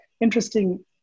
interesting